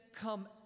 come